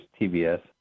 TBS